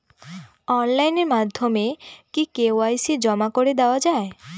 Online মাধ্যমে কি KYC জমা করে দেওয়া য়ায়?